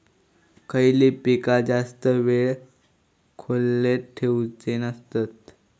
खयली पीका जास्त वेळ खोल्येत ठेवूचे नसतत?